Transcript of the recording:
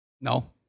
No